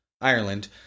Ireland